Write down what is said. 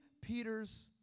Peter's